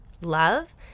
love